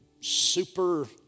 super